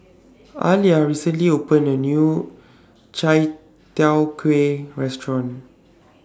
Alia recently opened A New Chai Tow Kway Restaurant